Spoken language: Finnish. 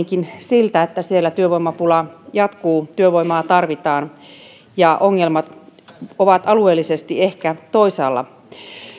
näyttää kuitenkin siltä että siellä työvoimapula jatkuu ja työvoimaa tarvitaan ja ongelmat ovat alueellisesti ehkä toisaalla